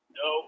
no